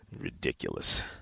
Ridiculous